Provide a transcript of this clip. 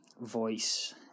voice